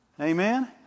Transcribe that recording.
Amen